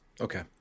Okay